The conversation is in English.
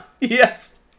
Yes